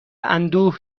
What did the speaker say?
اندوه